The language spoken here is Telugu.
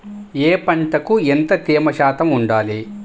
ఏ పంటకు ఎంత తేమ శాతం ఉండాలి?